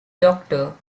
doctor